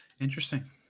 Interesting